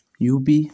U P